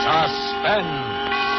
Suspense